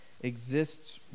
exists